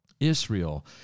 Israel